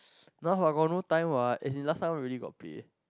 now I got no time what as in last time I already got play